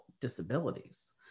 disabilities